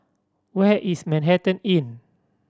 where is Manhattan Inn